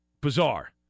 bizarre